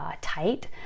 tight